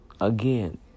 again